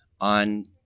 on